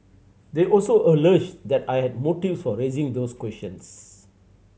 they also alleged that I had motives for raising those questions